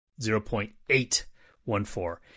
0.814